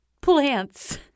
plants